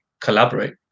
collaborate